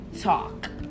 Talk